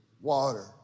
water